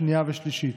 שנייה ושלישית.